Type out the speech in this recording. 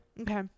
Okay